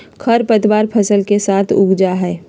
खर पतवार फसल के साथ उग जा हई